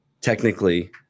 technically